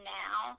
now